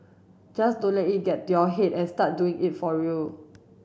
just don't let it get to your head and start doing it for real